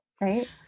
right